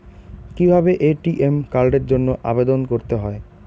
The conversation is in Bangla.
কিভাবে এ.টি.এম কার্ডের জন্য আবেদন করতে হয়?